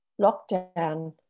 lockdown